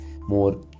more